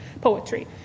poetry